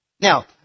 Now